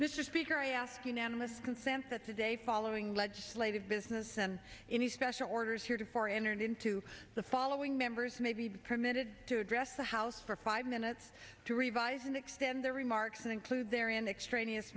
is speaker i ask unanimous consent that today following legislative business and any special orders heretofore entered into the following members may be permitted to address the house for five minutes to revise and extend their remarks and include their in extraneous